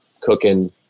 cooking